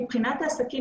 מבחינת העסקים,